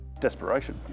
desperation